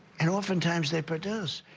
and oftentimes, they produce.